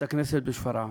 בית-הכנסת בשפרעם,